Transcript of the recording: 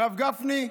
הרב גפני,